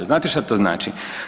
Znate što to znači?